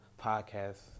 podcast